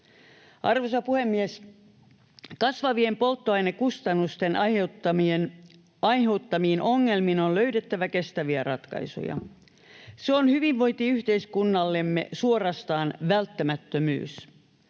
Arvoisa puhemies! Kasvavien polttoainekustannusten aiheuttamiin ongelmiin on löydettävä kestäviä ratkaisuja. Se on hyvinvointiyhteiskunnallemme suorastaan välttämättömyys.